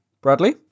Bradley